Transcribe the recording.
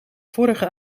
vorige